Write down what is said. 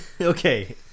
Okay